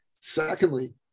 Secondly